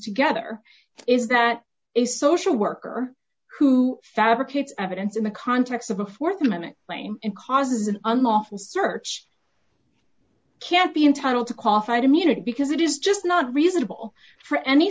together is that a social worker who fabricates evidence in the context of a th amendment claim and causes an unlawful search can't be entitled to qualified immunity because it is just not reasonable for any